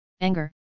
anger